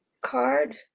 Card